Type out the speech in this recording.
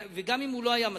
וגם אם הוא לא היה מסכים,